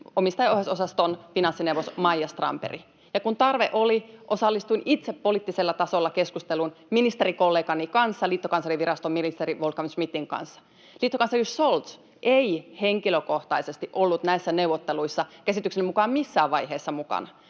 omistajaohjausosaston finanssineuvos Maija Strandberg, ja kun tarve oli, osallistuin itse poliittisella tasolla keskusteluun ministerikollegani kanssa, liittokanslerinviraston ministeri Wolfgang Schmidtin kanssa. Liittokansleri Scholz ei henkilökohtaisesti ollut näissä neuvotteluissa käsitykseni mukaan missään vaiheessa mukana,